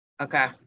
Okay